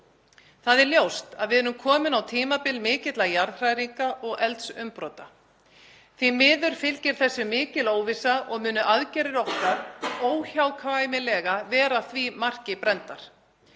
Það er ljóst að við erum komin á tímabil mikilla jarðhræringa og eldsumbrota. Því miður fylgir þessu mikil óvissa og munu aðgerðir okkar óhjákvæmilega vera því marki brenndar.